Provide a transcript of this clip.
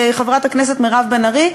חברת הכנסת מירב בן ארי,